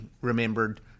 remembered